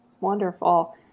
Wonderful